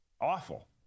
awful